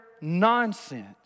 nonsense